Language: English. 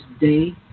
day